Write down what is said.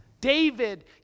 David